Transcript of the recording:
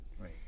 Right